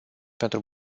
pentru